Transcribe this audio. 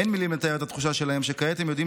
אין מילים לתאר את התחושה שלהם שכעת הם יודעים